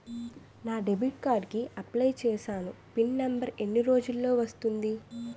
నా debit card కి apply చూసాను పిన్ నంబర్ ఎన్ని రోజుల్లో వస్తుంది?